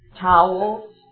towels